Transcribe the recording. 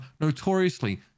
notoriously